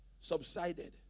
subsided